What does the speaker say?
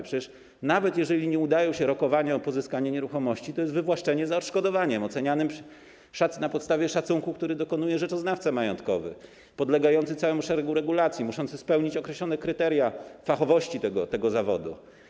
Przecież nawet jeżeli nie udają się rokowania o pozyskanie nieruchomości, to jest wywłaszczenie za odszkodowaniem ocenianym na podstawie szacunku, którego dokonuje rzeczoznawca majątkowy podlegający całemu szeregowi regulacji, muszący spełnić określone kryteria fachowości dotyczące tego zawodu.